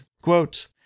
quote